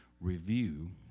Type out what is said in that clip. review